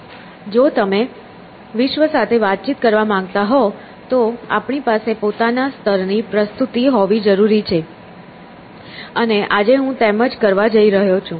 જો તમે વિશ્વ સાથે વાતચીત કરવા માંગતા હો તો આપણી પાસે પોતાના સ્તરની પ્રસ્તુતિ હોવી જરૂરી છે અને આજે હું તેમજ કરવા જઈ રહ્યો છું